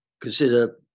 consider